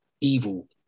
evil